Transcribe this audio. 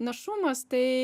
našumas tai